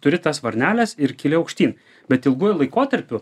turi varneles ir kyli aukštyn bet ilguoju laikotarpiu